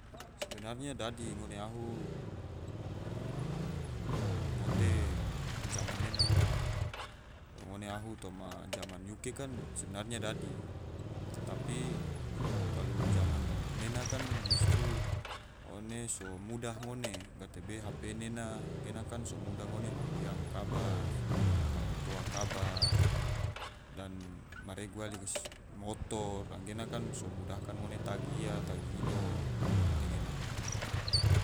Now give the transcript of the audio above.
Sebenarnya dadi ngone ahu mote zaman nena ua kalo ngone ahu toma zaman yuke kan sebenarnya dadi, tapi kalo zaman nena kan justru ene so mudah ngone, gatebe hp nena, gena kan so mudah ngone maku yam kabar, maku toa kabar, dan maregu yali motor anggena kan so mudahkan ngone tagi ia tagi ino. tegena